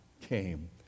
came